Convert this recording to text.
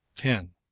ten.